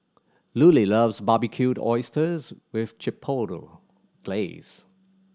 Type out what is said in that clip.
Lulie loves Barbecued Oysters with Chipotle Glaze